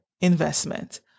investment